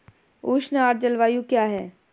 उष्ण आर्द्र जलवायु क्या है?